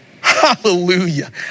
Hallelujah